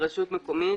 "רשות מקומית,